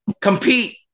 compete